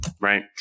right